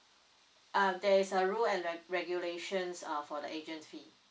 uh there is a rule and reg~ regulations uh for the agent fee